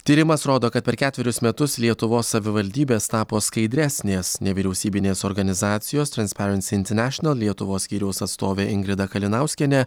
tyrimas rodo kad per ketverius metus lietuvos savivaldybės tapo skaidresnės nevyriausybinės organizacijos transparency international lietuvos skyriaus atstovė ingrida kalinauskienė